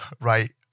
right